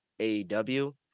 AEW